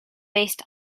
based